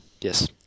Yes